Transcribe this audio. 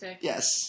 Yes